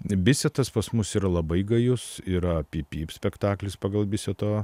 bisetas pas mus yra labai gajus yra pyp pyp spektaklis pagal biseto